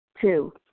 Two